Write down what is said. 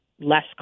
less